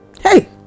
Hey